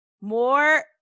more